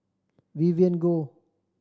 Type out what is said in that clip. Vivien Goh